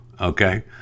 Okay